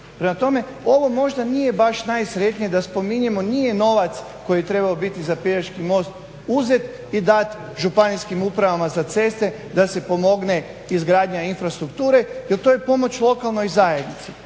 Prema tome ovo možda nije baš najsretnije da spominjemo, nije novac koji je trebao biti za Pelješki most uzet i dati županijskim upravama za ceste da se pomogne izgradnja infrastrukture jer to je pomoć lokalnoj zajednici.